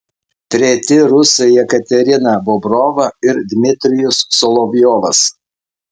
treti rusai jekaterina bobrova ir dmitrijus solovjovas